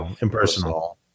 impersonal